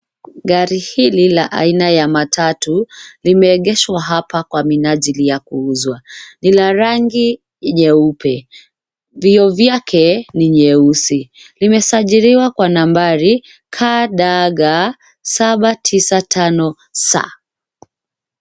Gari hili la aina ya matatu limeegeshwa hapa kwa minajili ya kuuzwa. Ni la rangi nyeupe. Vyoo vyake ni nyeusi. Limesajiliwa kwa nambari KDG 795S .